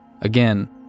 Again